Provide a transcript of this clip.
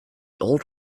old